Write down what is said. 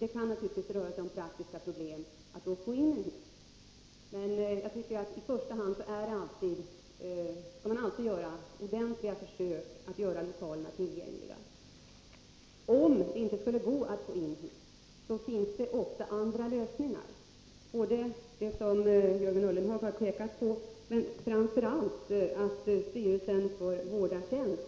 Det kan naturligtvis föreligga praktiska problem att få in en hiss. I första hand skall man alltid göra ordentliga försök att få lokalerna tillgängliga. Om det inte skulle gå att få in en hiss, finns det ofta andra lösningar, som Jörgen Ullenhag påpekade. Framför allt kan styrelsen för vårdartjänst